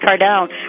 Cardone